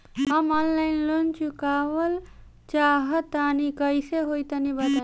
हम online loan चुकावल चाहऽ तनि कइसे होई तनि बताई?